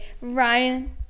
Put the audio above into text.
ryan